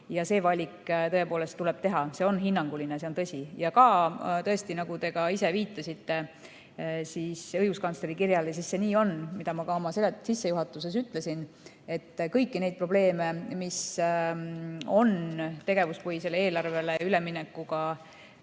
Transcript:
ja see valik tuleb tõepoolest teha. See on hinnanguline, see on tõsi. Tõesti, nagu te ka viitasite õiguskantsleri kirjale, siis see nii on. Ma ka oma sissejuhatuses ütlesin, et kõiki neid probleeme, mis on tegevuspõhisele eelarvele üleminekuga